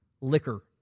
liquor